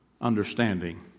understanding